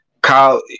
Kyle